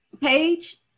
page